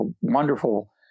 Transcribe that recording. wonderful